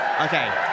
Okay